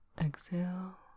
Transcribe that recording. exhale